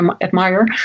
admire